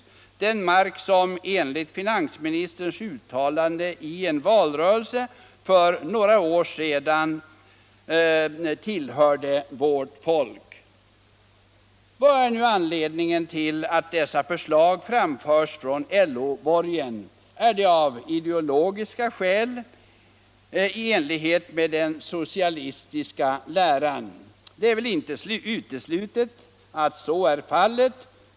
Den mark som enligt finansminister Strängs uttalande vid en valrörelse för några år sedan skulle tillhöra ”vårt folk”. Vad är nu anledningen till att dessa förslag framförs från LO-borgen? Är det av ideologiska skäl? I enlighet med den socialistiska läran? Det är väl inte uteslutet att så är fallet.